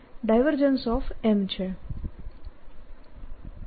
M છે